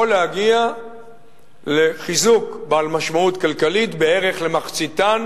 יכול להגיע לחיזוק בעל משמעות כלכלית בערך למחציתן,